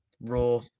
Raw